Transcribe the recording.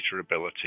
ability